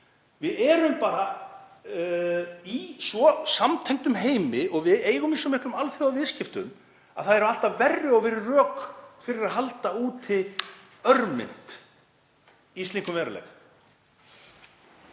Við erum bara í svo samtengdum heimi og við eigum í svo miklum alþjóðaviðskiptum að það eru alltaf verri og verri rök fyrir því að halda úti örmynt í slíkum veruleika.